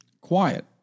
Quiet